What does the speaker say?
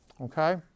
okay